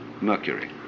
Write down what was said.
mercury